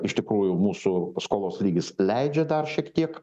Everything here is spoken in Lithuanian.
iš tikrųjų mūsų skolos lygis leidžia dar šiek tiek